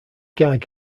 gag